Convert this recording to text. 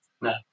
No